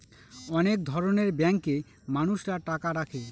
অনেক ধরনের ব্যাঙ্কে মানুষরা টাকা রাখে